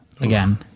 again